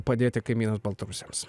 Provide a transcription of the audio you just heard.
padėti kaimynams baltarusiams